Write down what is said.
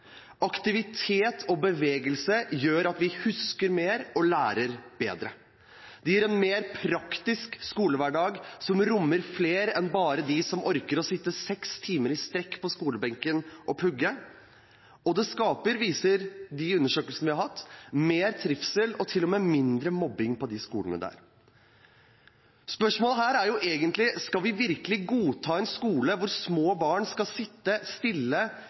Aktivitet og bevegelse gjør at vi husker mer og lærer bedre. Det gir en mer praktisk skolehverdag, som rommer flere enn bare dem som orker å sitte seks timer i strekk på skolebenken og pugge, og det skaper – viser de undersøkelsene vi har hatt – mer trivsel og til og med mindre mobbing på skolen. Spørsmålet her er egentlig: Skal vi virkelig godta en skole hvor små barn skal sitte stille,